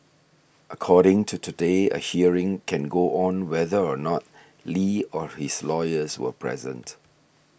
according to Today a hearing can go on whether or not Li or his lawyers are present